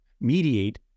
mediate